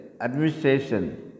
administration